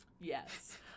Yes